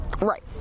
Right